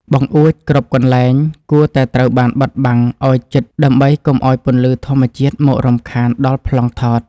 បង្អួចគ្រប់កន្លែងគួរតែត្រូវបានបិទបាំងឱ្យជិតដើម្បីកុំឱ្យពន្លឺធម្មជាតិមករំខានដល់ប្លង់ថត។